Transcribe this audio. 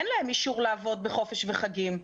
אין להם אישור לעבוד בחופש וחגים.